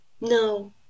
no